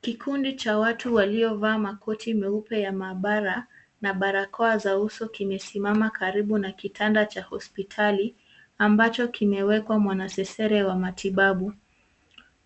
Kikundi cha watu waliovaa makoti meupe ya maabara, na barakoa za uso kimesimama karibu na kitanda cha hosipitali, ambacho kimewekwa mwanasesere wa matibabu.